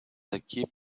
aqui